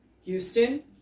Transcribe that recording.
Houston